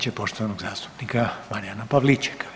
će poštovanog zastupnika Marijana Pavličeka.